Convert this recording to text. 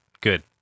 Good